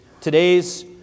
Today's